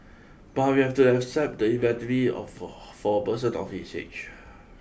but we have to accept the of for for a person of his age